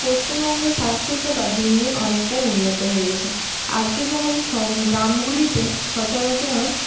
পশ্চিমবঙ্গে স্বাস্থ্যসেবা দিন দিন অনেকটাই উন্নত হয়েছে আগে যেমন গ্রামগুলিতে সচরাচর